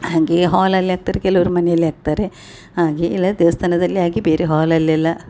ಹಾಗೆ ಹಾಲಲ್ಲಿ ಆಗ್ತಾರೆ ಕೆಲವರು ಮನೆಯಲ್ಲೇ ಆಗ್ತಾರೆ ಆಗೆ ಇಲ್ಲ ದೇವ್ಸ್ಥಾನದಲ್ಲಿ ಹಾಗೆ ಬೇರೆ ಹಾಲ್ ಅಲ್ಲೆಲ್ಲ